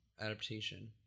adaptation